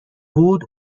بود